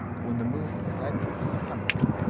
when the moon, like a punkin,